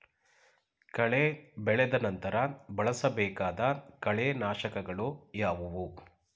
ಕಳೆ ಬೆಳೆದ ನಂತರ ಬಳಸಬೇಕಾದ ಕಳೆನಾಶಕಗಳು ಯಾವುವು?